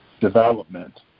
development